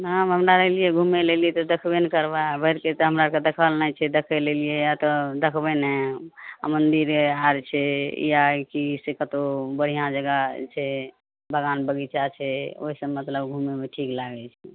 हँ हम अन्दर अयलियै घुमय लए अइलियै तऽ देखबय नहि करबय भरिके तऽ हमरा देखल नहि छै देखय लए अएलियै तऽ देखबय ने मन्दिरे आर छै ई या की से कतहु बढ़िआँ जगह छै बगान बगीचा छै ओइसँ मतलब घुमयमे ठीक लागय छै